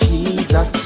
Jesus